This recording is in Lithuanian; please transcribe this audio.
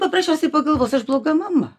paprasčiausiai pagalvos aš bloga mama